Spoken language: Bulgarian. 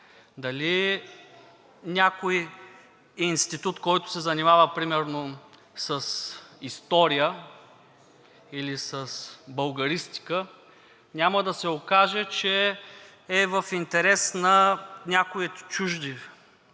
Дали някой институт, който се занимава примерно с история или с българистика, няма да се окаже, че е в интерес на някои чужди